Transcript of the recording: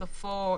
בסופו,